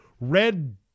Red